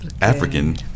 African